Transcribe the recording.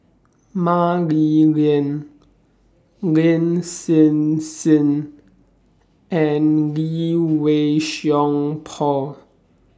Mah Li Lian Lin Hsin Hsin and Lee Wei Song Paul